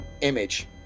image